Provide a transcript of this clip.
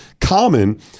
common